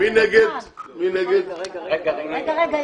רגע,